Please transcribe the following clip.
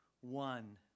one